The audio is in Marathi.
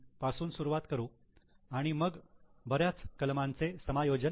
पासून सुरुवात करू आणि मग बऱ्याच कलमांचे समायोजन करू